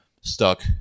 stuck